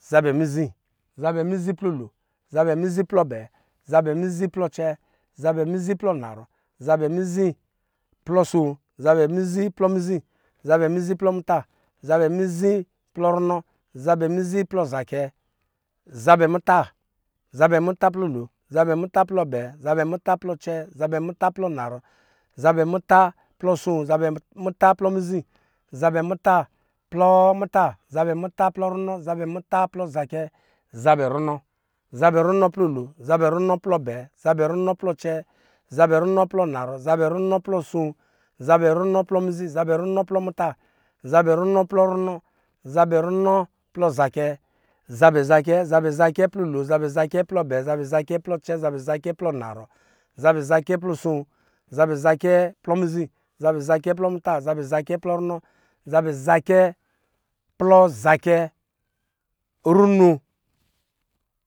Zabɛ mizi, zabɛ mizi plɔ lon, zabɛ mizi plɔ abɛɛ, zabɛ mizi plɔ acɛɛ, zabɛ mizi plɔ anaarɔ, zabɛ mizi plɔ aso, zabɛ mizi plɔ mizi, zabɛ mizi plɔ muta, zabɛ mizi plɔ runɔ, zabɛ mizi plɔ zacɛ, zabɛ muta, zabɛ muta plɔ lon, zabɛ muta plɔ abɛɛ, zabɛ muta plɔ acɛɛ, zabɛ muta plɔ anaarɔ, zabɛ muta plɔ aso, zabɛ muta plɔ mizi, zabɛ muta plɔ muta, zabɛ muta plɔ runɔ, zabɛ muta plɔ zacɛ, zabɛ runɔ, zabɛ runɔ plɔ lon, zabɛ runɔ plɔ abɛɛ, zabɛ runɔ plɔ acɛɛ, zabɛ runɔ plɔ anaarɔ, zabɛ runɔ plɔ aso, zabɛ runɔ plɔ mizi, zabɛ runɔ plɔ muta, zabɛ runɔ plɔ runɔ, zabɛ runɔ plɔ zacɛ, zabɛ zacɛ, zabɛ zacɛ plɔ lo, zabɛ zacɛ plɔ abɛ, zabɛ zacɛ plɔ acɛɛ, zabɛ zacɛ plɔ anaarɔ, zabɛ zacɛ plɔ aso, zabɛ zacɛ plɔ mizi, zabɛ zacɛ plɔ muta, zabɛ zacɛ plɔ runɔ, zabɛ zacɛ plɔ zacɛ, runo